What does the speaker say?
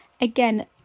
again